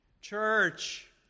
church